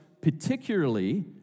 particularly